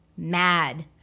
mad